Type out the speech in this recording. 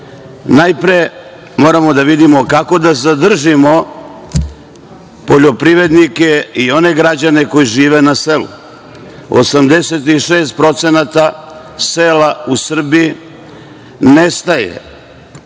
redu. Najpre moramo da vidimo kako da zadržimo poljoprivrednike i one građane koji žive na selu. Naime, 86% sela u Srbiji nestaje,